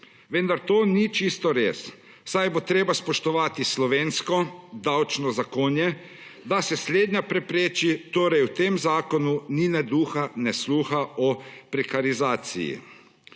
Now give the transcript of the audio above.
vendar to ni čisto res, saj bo treba spoštovati slovensko davčno zakonje, da se slednja prepreči, torej v tem zakonu ni ne duha ne sluha o prekarizaciji.